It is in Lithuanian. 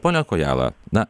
pone kojala na